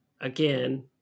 again